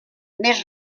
més